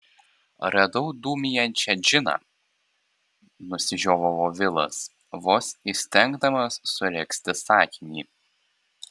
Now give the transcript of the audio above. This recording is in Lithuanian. radau dūmijančią džiną nusižiovavo vilas vos įstengdamas suregzti sakinį